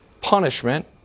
punishment